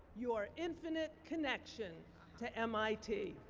your infinite connection to mit.